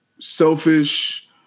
selfish